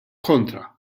kontra